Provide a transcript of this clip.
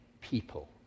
people